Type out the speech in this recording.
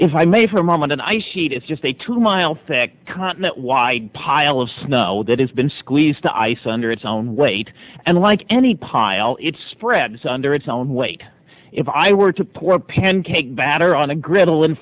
if i may for a moment an ice sheet is just a two mile thick continent wide pile of snow that has been squeezed to ice under its own weight and like any pile it spreads under its own weight if i were to pour a pancake batter on a gr